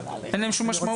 אין להן שום משמעות.